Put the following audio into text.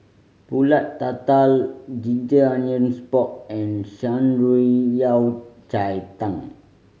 Pulut Tatal ginger onions pork and Shan Rui Yao Cai Tang